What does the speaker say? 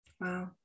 wow